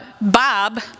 Bob